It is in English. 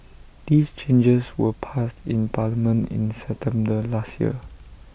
these changes were passed in parliament in September last year